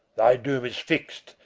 thy doom is fixed,